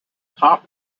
pop